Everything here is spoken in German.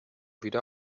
wieder